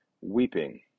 weeping